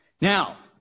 Now